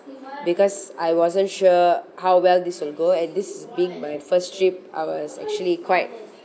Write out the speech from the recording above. because I wasn't sure how well this will go and this is being my first trip I was actually quite